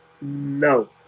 No